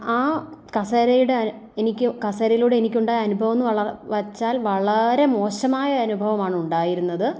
ആ കസേരയുടെ എനിക്ക് കസേരയിലൂടെ എനിക്ക് ഉണ്ടായ അനുഭവം എന്ന് വെച്ചാൽ വളരെ മോശമായ അനുഭവമാണ് ഉണ്ടായിരുന്നത്